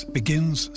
begins